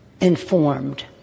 informed